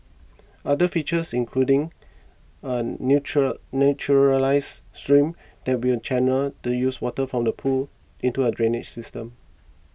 other features including a neutral naturalised stream that will channel the used water from the pool into a drainage system